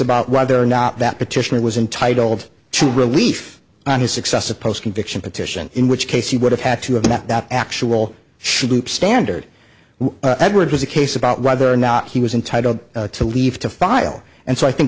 about whether or not that petitioner was entitled to relief on his successive post conviction petition in which case he would have had to have that actual should loop standard edward was a case about whether or not he was entitled to leave to file and so i think